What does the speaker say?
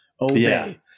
Obey